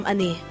Ani